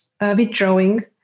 withdrawing